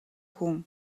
хүн